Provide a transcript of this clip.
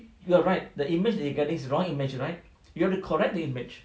you are right the image that he's getting is wrong image right you have to correct the image